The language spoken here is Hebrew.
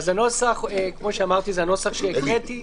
כמו שאמרתי, זה הנוסח שהקראתי,